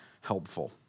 helpful